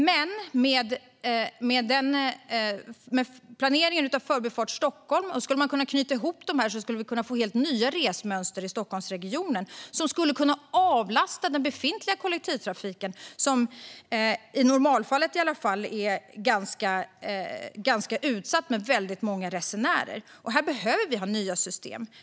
Skulle man kunna knyta ihop Tvärförbindelse Södertörn med planeringen av Förbifart Stockholm skulle vi kunna få helt nya resmönster i Stockholmsregionen. Det skulle kunna avlasta den befintliga kollektivtrafiken som i alla fall i normalfallet har väldigt många resenärer och är ganska utsatt. Här behöver vi ha nya system.